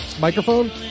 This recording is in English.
microphone